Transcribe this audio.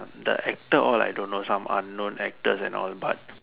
the actor all I don't know some unknown actors and all but